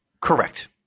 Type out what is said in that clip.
Correct